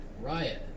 Riot